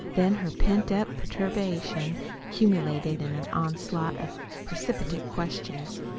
then her pent-up perturbation culminated in an onslaught of precipitate questions.